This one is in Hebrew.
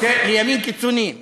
לימין קיצוני.